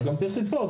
גם צריך לזכור,